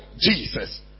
Jesus